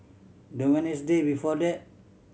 the Wednesday before that